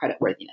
creditworthiness